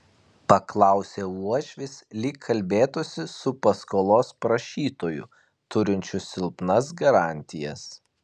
paklausė uošvis lyg kalbėtųsi su paskolos prašytoju turinčiu silpnas garantijas